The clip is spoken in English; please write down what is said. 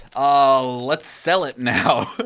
ah let's sell it now.